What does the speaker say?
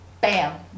Bam